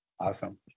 Awesome